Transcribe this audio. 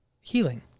healing